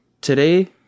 Today